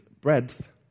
breadth